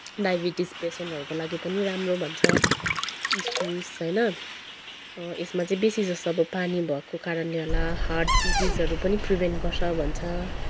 diabetes पेसेन्टहरूको लागि पनि राम्रो भन्छ इस्कुस होइन यसमा चाहिँ अब बेसीजस्तो पानी भएको कारणले होला हार्ट डिजिसहरू पनि प्रिभेन्ट गर्छ भन्छ